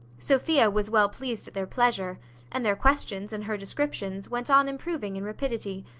sophia was well pleased at their pleasure and their questions, and her descriptions, went on improving in rapidity,